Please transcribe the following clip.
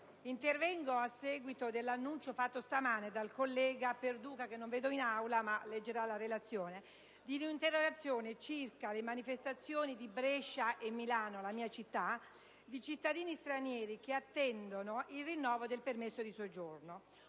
intervengo a seguito dell'annuncio fatto stamane dal collega Perduca, (che non vedo in Aula ma che leggerà il Resoconto), di un'interrogazione circa le manifestazioni di Brescia e Milano - la mia città - di cittadini stranieri che attendono il rinnovo del permesso di soggiorno.